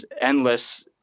endless